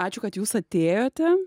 ačiū kad jūs atėjote